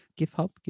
GitHub